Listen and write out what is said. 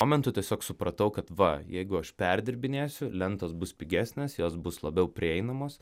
momentu tiesiog supratau kad va jeigu aš perdirbinėsiu lentos bus pigesnės jos bus labiau prieinamos